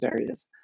areas